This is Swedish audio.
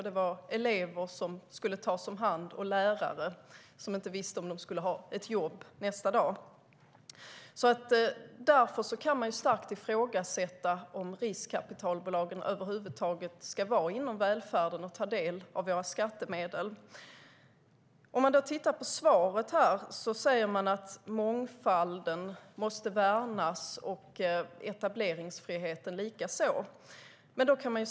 Det var elever som skulle tas om hand och lärare som inte visste om de skulle ha ett jobb nästa dag. Därför kan man starkt ifrågasätta om riskkapitalbolagen över huvud taget ska finnas inom välfärden och ta del av våra skattemedel. I svaret sades att mångfalden måste värnas och etableringsfriheten likaså.